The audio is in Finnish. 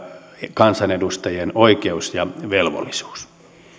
kansanedustajien oikeus ja velvollisuus